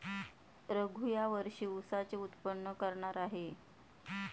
रघू या वर्षी ऊसाचे उत्पादन करणार आहे